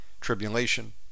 tribulation